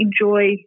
enjoy